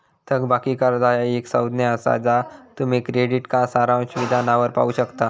थकबाकी कर्जा ह्या एक संज्ञा असा ज्या तुम्ही क्रेडिट कार्ड सारांश विधानावर पाहू शकता